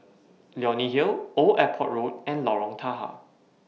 Leonie Hill Old Airport Road and Lorong Tahar